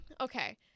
okay